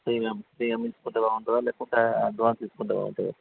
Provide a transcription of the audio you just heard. శ్రీరామ్ శ్రీరామ్ తీసుకుంటే బాగుంటుంది లేకుంటే అడ్వాన్స్ తీసుకుంటే బాగుంటుందా